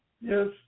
Yes